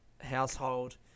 household